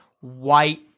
white